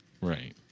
right